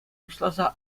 пуҫласа